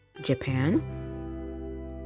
japan